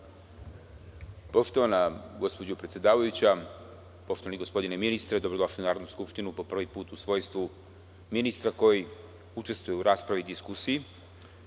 Poštovana gospođo predsedavajuća, poštovani gospodine ministre, dobrodošli u Narodnu skupštinu po prvi put u svojstvu ministra koji učestvuje u raspravu i diskusiji. Dame